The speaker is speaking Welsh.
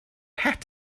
het